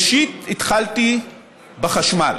ראשית, התחלתי בחשמל,